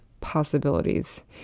possibilities